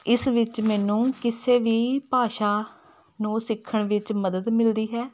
ਇਸ ਵਿੱਚ ਮੈਨੂੰ ਕਿਸੇ ਵੀ ਭਾਸ਼ਾ ਨੂੰ ਸਿੱਖਣ ਵਿੱਚ ਮਦਦ ਮਿਲਦੀ ਹੈ